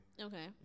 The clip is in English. Okay